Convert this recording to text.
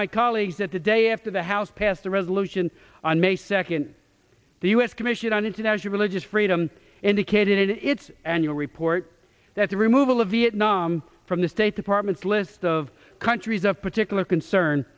my colleagues that the day after the house passed a resolution on may second the u s commission on international religious freedom indicated in its annual report that the removal of vietnam from the state department's list of countries of particular concern